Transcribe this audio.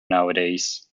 nowadays